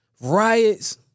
riots